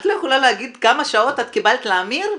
את לא יכולה להגיד כמה שעות את קיבלת להמיר?